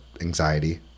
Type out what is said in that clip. anxiety